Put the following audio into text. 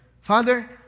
Father